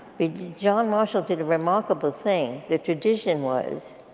john marshall did a remarkable thing, the tradition was,